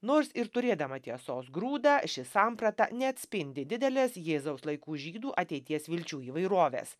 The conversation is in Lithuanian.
nors ir turėdama tiesos grūdą ši samprata neatspindi didelės jėzaus laikų žydų ateities vilčių įvairovės